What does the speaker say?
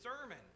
sermon